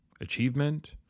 achievement